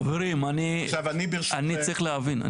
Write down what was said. חברים, אני צריך להבין.